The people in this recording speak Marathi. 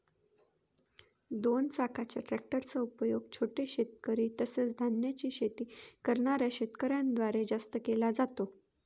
दोन चाकाच्या ट्रॅक्टर चा उपयोग छोटे शेतकरी, तसेच धान्याची शेती करणाऱ्या शेतकऱ्यांन द्वारे जास्त केला जातो